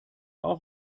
auch